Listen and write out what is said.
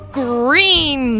green